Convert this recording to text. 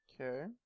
okay